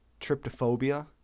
tryptophobia